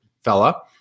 fella